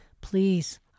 please